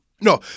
No